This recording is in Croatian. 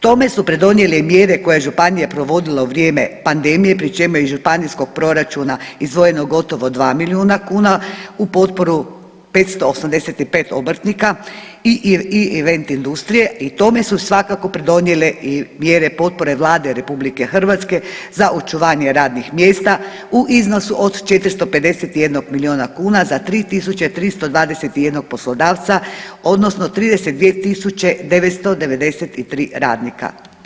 Tome su pridonijele mjere koje je županija provodila u vrijeme pandemije, pri čemu je iz županijskog proračuna izdvojeno gotovo 2 milijuna uz potporu 585 obrtnika i … industrije i tome su svakako pridonijele i mjere potpore Vlade RH za očuvanje radnih mjesta u iznosu od 451 milijuna za 3321 poslodavca odnosno 32 993 radnika.